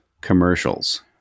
commercials